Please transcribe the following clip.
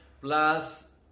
plus